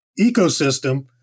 ecosystem